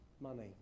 money